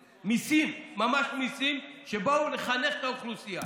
מיסים, ממש מיסים, שבאו לחנך את האוכלוסייה.